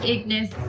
Ignis